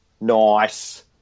nice